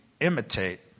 imitate